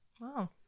Wow